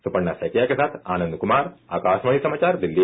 सुपर्णा सैकिया के साथ आनंद कुमार आकाशवाणी समाचार दिल्ली